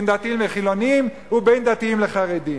בין דתיים לחילונים ובין דתיים לחרדים.